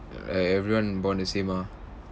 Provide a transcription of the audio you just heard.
e~ everyone born the same mah